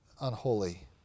unholy